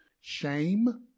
Shame